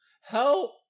Help